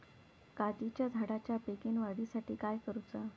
काजीच्या झाडाच्या बेगीन वाढी साठी काय करूचा?